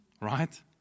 right